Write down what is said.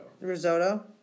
Risotto